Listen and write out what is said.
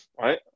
Right